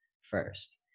first